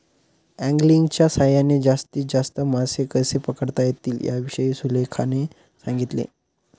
अँगलिंगच्या सहाय्याने जास्तीत जास्त मासे कसे पकडता येतील याविषयी सुलेखाने सांगितले